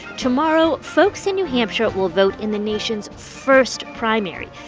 tomorrow, folks in new hampshire will vote in the nation's first primary.